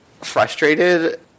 frustrated